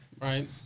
Right